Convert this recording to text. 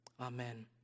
Amen